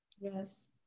yes